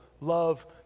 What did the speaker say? love